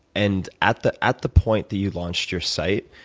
and at the at the point that you launched your site,